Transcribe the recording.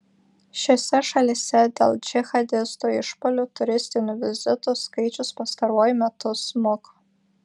šiose šalyse dėl džihadistų išpuolių turistinių vizitų skaičius pastaruoju metu smuko